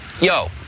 Yo